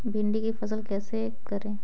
भिंडी की फसल कैसे करें?